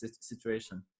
situation